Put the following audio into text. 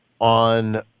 on